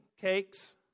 cakes